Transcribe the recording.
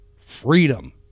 freedom